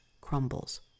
crumbles